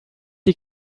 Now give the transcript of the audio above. die